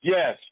Yes